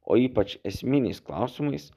o ypač esminiais klausimais